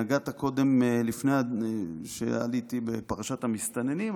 נגעת קודם, לפני שעליתי, בפרשת המסתננים.